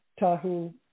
Tahu